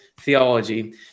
theology